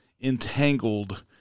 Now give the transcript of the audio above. entangled